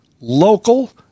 local